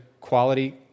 quality